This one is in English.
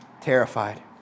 terrified